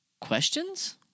questions